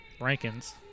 Rankins